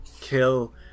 kill